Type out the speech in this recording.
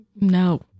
no